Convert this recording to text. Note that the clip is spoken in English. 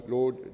Lord